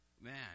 Man